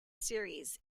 series